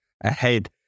ahead